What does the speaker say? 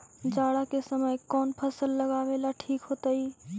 जाड़ा के समय कौन फसल लगावेला ठिक होतइ?